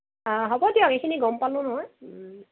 হ'ব দিয়ক এইখিনি গম পালো নহয়